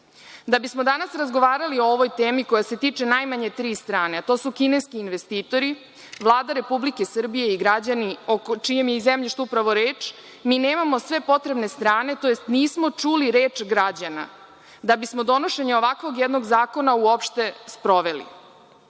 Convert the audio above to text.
bismo danas razgovarali o ovoj temi koja se tiče najmanje tri strane, a to su kineski investitori, Vlada Republike Srbije i građani, o čijem je i zemljištu upravo reč, mi nemamo sve potrebne strane, tj. nismo čuli reč građana, da bismo donošenje ovakvog jednog zakona uopšte sproveli.